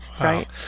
right